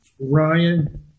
Ryan